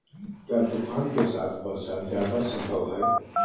क्या तूफ़ान के साथ वर्षा जायदा संभव है?